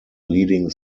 leading